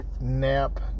nap